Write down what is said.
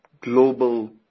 global